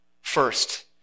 First